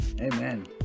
Amen